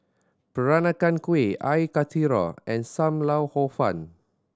Peranakan Kueh Air Karthira and Sam Lau Hor Fun